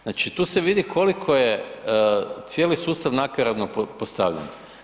Znači tu se vidi koliko je cijeli sustav nakaradno postavljen.